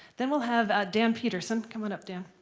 then we'll have ah dan peterson come on up, dan